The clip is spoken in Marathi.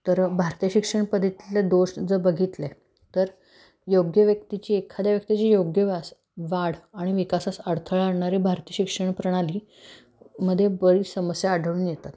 तर भारतीय शिक्षण पद्धतीतले दोष जर बघितले तर योग्य व्यक्तीची एखाद्या व्यक्तीची योग्य व्यास वाढ आणि विकासास अडथळा आणणारे भारती शिक्षण प्रणाली मध्ये बरी समस्या आढळून येतात